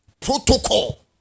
Protocol